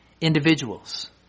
individuals